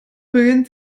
beginnt